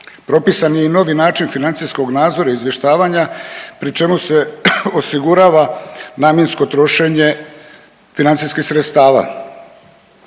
Propisan je i novi način financijskog nadzora, izvještavanja pri čemu osigurava namjensko trošenje financijskih sredstava.